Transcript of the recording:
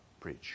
preach